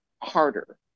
harder